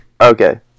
Okay